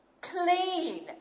clean